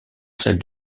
celle